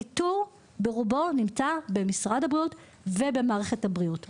האיתור ברובו נמצא במשרד הבריאות ובמערכת הבריאות,